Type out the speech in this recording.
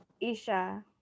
Isha